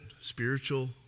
spiritual